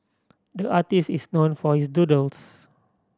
the artist is known for his doodles